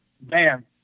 Bam